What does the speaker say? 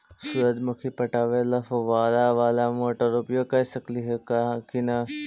सुरजमुखी पटावे ल फुबारा बाला मोटर उपयोग कर सकली हे की न?